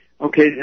Okay